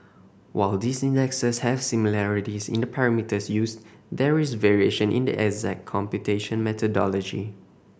while these indexes have similarities in the parameters used there is variation in the exact computation methodology